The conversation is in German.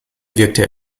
wirkte